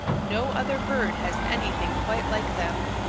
no other bird has anything quite like them.